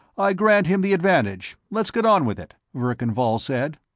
i grant him the advantage let's get on with it, verkan vall said.